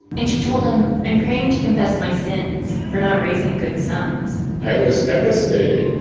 and she told him, i'm praying to confess my sins for not raising good sons i was devastated.